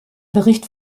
bericht